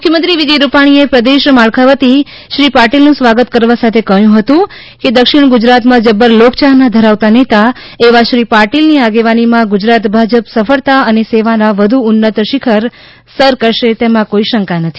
મુખ્યમંત્રી વિજય રૂપાણીએ પ્રદેશ માળખા વતી શ્રીપાટિલ નું સ્વાગત કરવા સાથે કહ્યું હતું કે દક્ષિણ ગુજરાત માં જબ્બર લોક ચાહના ધરાવતા નેતા એવાશ્રી પાટિલ ની આગેવાની માં ગુજરાત ભાજપ સફળતા અને સેવા ના વધુ ઉન્નત શિખર સર કરશે તેમાંશંકા નથી